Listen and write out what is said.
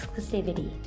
exclusivity